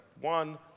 One